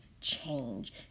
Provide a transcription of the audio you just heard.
change